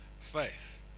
faith